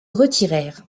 retirèrent